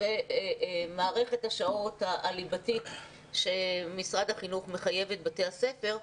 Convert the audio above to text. מערכת השעות הליבתית שמשרד החינוך מחייב את בתי הספר,